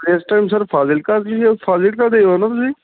ਇਸ time sir Fazilka ji Fazilka ਦੇ ਹੋ ਨਾ ਤੁਸੀਂ